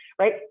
right